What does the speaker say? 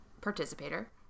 participator